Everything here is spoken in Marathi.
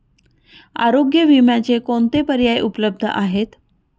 आरोग्य विम्याचे कोणते पर्याय उपलब्ध आहेत?